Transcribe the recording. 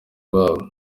babo